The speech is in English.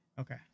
Okay